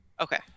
okay